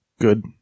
Good